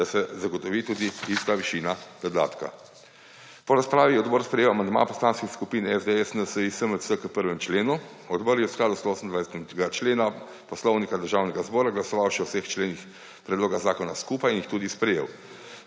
da se zagotovi tudi ista višina dodatka. Po razpravi je odbor sprejel amandma poslanskih skupin SDS, NSi, SMC k 1. členu. Odbor je v skladu s 128. člena Poslovnika Državnega zbora glasoval še o vseh členih predloga zakona skupaj in jih tudi sprejel.